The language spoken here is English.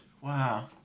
Wow